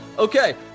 Okay